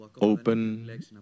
open